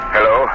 Hello